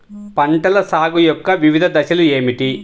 పంటల సాగు యొక్క వివిధ దశలు ఏమిటి?